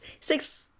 six